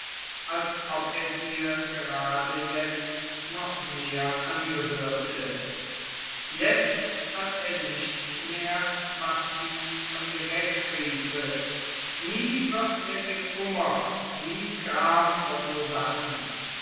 als ob er dir gerade jetzt noch mehr angehörte jetzt hat er nichts was ihn von dir wegriefe nie wird er dir kummer nie gram verursachen